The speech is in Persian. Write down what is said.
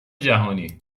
جهانی